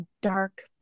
dark